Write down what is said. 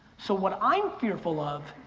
so what i'm fearful of,